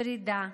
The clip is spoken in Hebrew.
פרידה,